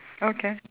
okay